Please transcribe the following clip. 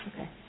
okay